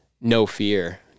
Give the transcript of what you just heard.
no-fear